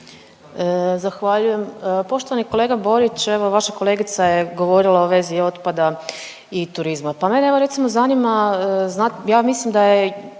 Zahvaljujem. Poštovani kolega Borić evo vaša kolegica je govorila u vezi otpada i turizma, pa mene evo recimo zanima, ja mislim da je,